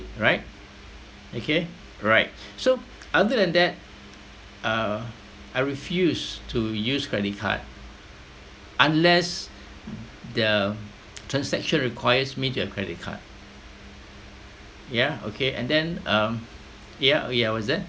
right okay right so other than that uh I refuse to use credit card unless the transaction requires me to have credit card ya okay and then um yeah yeah what was that